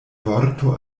vorto